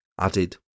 added